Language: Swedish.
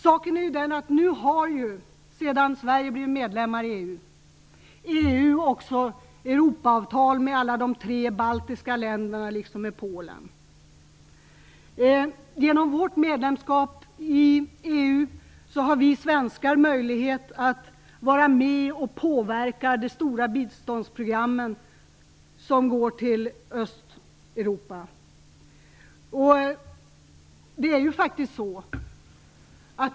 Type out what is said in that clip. Saken är den, att sedan Sverige blev medlem har EU också Europaavtal med alla de tre baltiska länderna liksom med Polen. Genom vårt medlemskap i EU har vi svenskar möjlighet att vara med och påverka de stora biståndsprogram som går till Östeuropa.